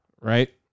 Right